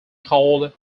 called